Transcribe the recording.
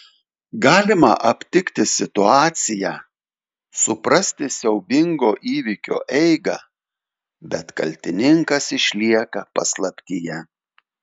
galima aptikti situaciją suprasti siaubingo įvykio eigą bet kaltininkas išlieka paslaptyje